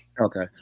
Okay